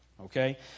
Okay